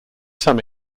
some